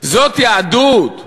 זאת יהדות?